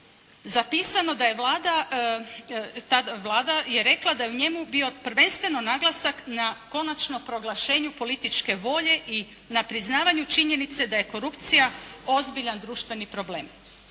zapisano da je Vlada, Vlada je rekla da je u njemu bio prvenstveno naglasak na konačno proglašenju političke volje i na priznavanju činjenice da je korupcija ozbiljan društveni problem.